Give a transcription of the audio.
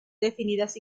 definidas